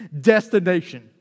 destination